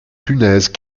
punaises